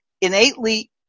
innately